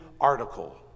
article